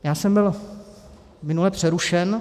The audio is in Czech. Já jsem byl minule přerušen.